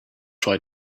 try